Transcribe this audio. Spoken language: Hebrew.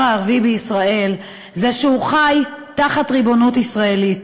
הערבי בישראל זה שהוא חי תחת ריבונות ישראלית.